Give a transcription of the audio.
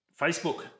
Facebook